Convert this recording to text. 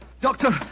Doctor